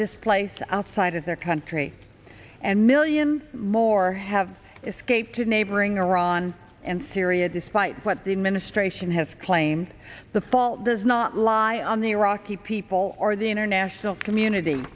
displaced outside of their country and millions more have escaped to neighboring iran and syria despite what the administration has claimed the fault does not lie on the iraqi people or the international community